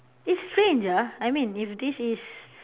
it's strange ah I mean if this is